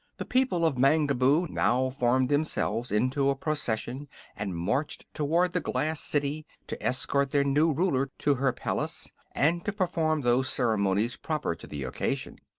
the people of mangaboo now formed themselves into a procession and marched toward the glass city to escort their new ruler to her palace and to perform those ceremonies proper to the occasion.